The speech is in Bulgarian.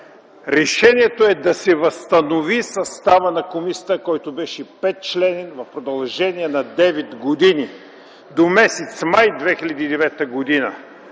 решението е да се възстанови съставът на комисията, който беше 5-членен в продължение на 9 години до м. май 2009 г.